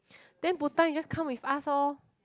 then Butan you just come with us lor